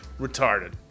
Retarded